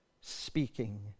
speaking